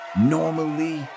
Normally